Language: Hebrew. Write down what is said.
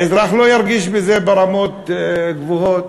האזרח לא ירגיש בזה ברמות גבוהות,